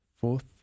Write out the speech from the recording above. Fourth